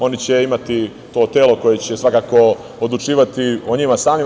Oni će imati to telo koje će svakako odlučivati o njima samima.